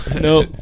no